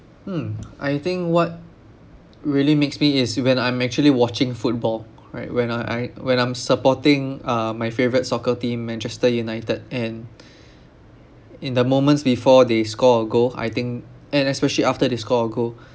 mm I think what really makes me is when I'm actually watching football right when I I when I'm supporting uh my favourite soccer team manchester united and in the moments before they score a goal I think and especially after they score a goal